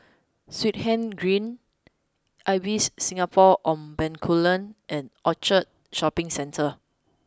Swettenham Green Ibis Singapore on Bencoolen and Orchard Shopping Centre